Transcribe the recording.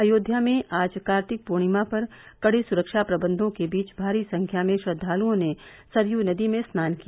अयोध्या में आज कार्तिक पूर्णिमा पर कड़े सुरक्षा प्रबंधों के बीच भारी संख्या में श्रद्वालुओं ने सरयू नदी में स्नान किया